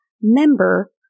member